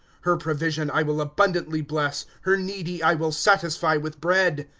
her provision i will abundantly bless her needy i will satisfy with bread.